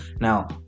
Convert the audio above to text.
now